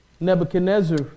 Nebuchadnezzar